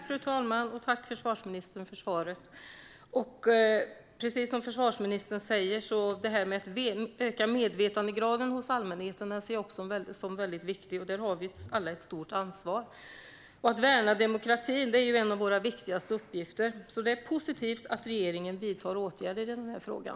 Fru talman! Jag tackar försvarsministern för svaret. Precis som försvarsministern säger ser jag detta med att öka medvetandegraden hos allmänheten som väldigt viktigt, och där har vi alla ett stort ansvar. Att värna demokratin är en av våra viktigaste uppgifter, så det är positivt att regeringen vidtar åtgärder i den här frågan.